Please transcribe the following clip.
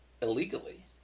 illegally